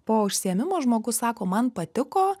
po užsiėmimo žmogus sako man patiko